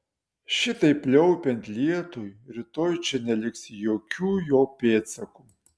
šitaip pliaupiant lietui rytoj čia neliks jokių jo pėdsakų